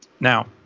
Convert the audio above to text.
Now